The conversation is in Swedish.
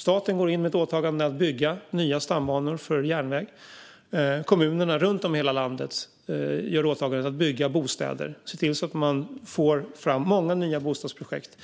Staten åtar sig att bygga nya stambanor för järnväg, och kommuner runt om i hela landet åtar sig att bygga bostäder och få fram många nya bostadsprojekt.